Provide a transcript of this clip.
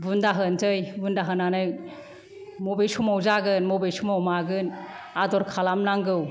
बुन्दा होसै बुन्दा होनानै मबे समाव जागोन मबे समाव मागोन आदर खालामनांगौ